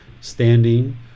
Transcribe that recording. standing